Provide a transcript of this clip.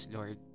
Lord